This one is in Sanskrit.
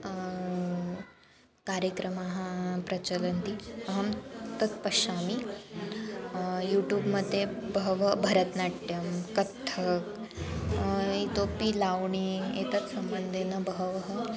कार्यक्रमाः प्रचलन्ति अहं तत् पश्यामि यूटूब् मध्ये बहवः भरतनाट्यं कथक् इतोपि लौणी एतत् सम्बन्धेन बहवः